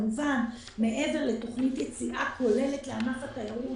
מעבר לתוכנית יציאה כולל לענף התיירות